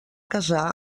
casar